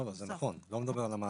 לא, זה נכון, לא מדבר על המענק.